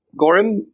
Gorim